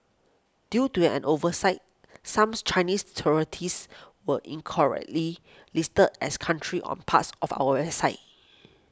due to an oversight some Chinese territories were incorrectly listed as countries on parts of our website